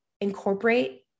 incorporate